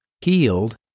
healed